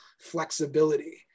flexibility